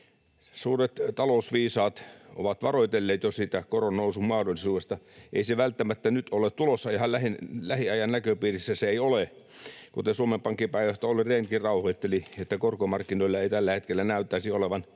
Suuret talousviisaat ovat varoitelleet jo koronnousun mahdollisuudesta. Ei se välttämättä nyt ole tulossa, ihan lähiajan näköpiirissä se ei ole. Kuten Suomen Pankin pääjohtaja Olli Rehnkin rauhoitteli, korkomarkkinoilla ei tällä hetkellä näyttäisi olevan